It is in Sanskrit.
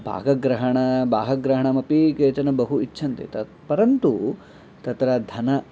भागग्रहणं भागग्रहणमपि केचन बहु इच्छन्ति तत् परन्तु तत्र धनम्